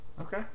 Okay